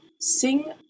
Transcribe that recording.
Sing